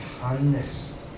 kindness